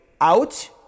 out